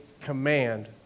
command